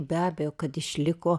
be abejo kad išliko